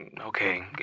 okay